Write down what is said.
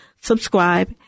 subscribe